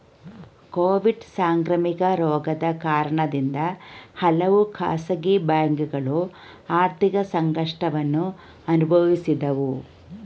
Covid ಸಾಂಕ್ರಾಮಿಕ ರೋಗದ ಕಾರಣದಿಂದ ಹಲವು ಖಾಸಗಿ ಬ್ಯಾಂಕುಗಳು ಆರ್ಥಿಕ ಸಂಕಷ್ಟವನ್ನು ಅನುಭವಿಸಿದವು